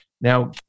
Now